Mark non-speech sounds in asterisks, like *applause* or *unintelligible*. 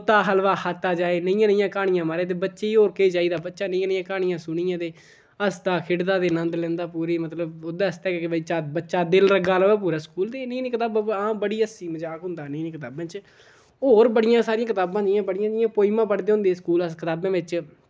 तोता हलवा खाता जाए नेहियां नेहियां क्हानियां महाराज ते बच्चे गी होर केह् चाहिदा बच्चा नेहियां नेहियां सुनियै ते हसदा खेढदा ते नंद लैंदा पूरी मतलब ओह्दे आस्तै गै कि *unintelligible* बच्चा दिल लग्गै रवै पूरै स्कूल ते नेहियां नेहियां कताबां ब अं बड़ी हस्सी मजाक होंदा नेही नेही कताबें च होर बड़ियां सारियां कताबां जियां बड़ियां जियां पोयमां पढ़दे होंदे हे स्कूल अस कताबें बिच्च